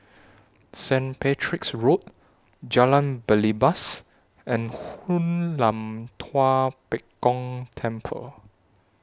St Patrick's Road Jalan Belibas and Hoon Lam Tua Pek Kong Temple